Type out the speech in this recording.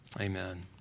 Amen